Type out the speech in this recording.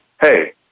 hey